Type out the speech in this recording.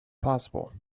possible